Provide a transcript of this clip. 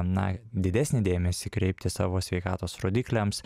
na didesnį dėmesį kreipti savo sveikatos rodikliams